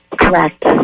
Correct